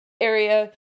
area